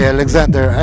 Alexander